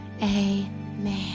amen